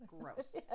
Gross